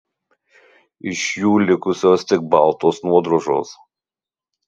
iš jų likusios tik baltos nuodrožos